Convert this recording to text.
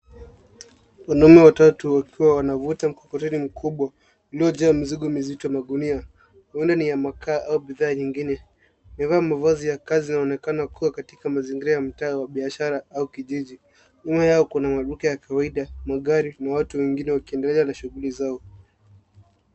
Wanaume watatu wakiwa wanavuta mkokoteni mkubwa ulio jaa mizigo mizito ya magunia. Huenda ni makaa au bidhaa nyingine. Wamevaa mavazi ya kazi wanaonekana kuwa katika mazingira ya mtaa wa biashara au kijiji.. Nyuma yao Kuna maduka ya kawaida, magari na watu wengine wakiendelea na shughuli zao.